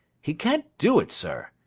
he can't do it, sir.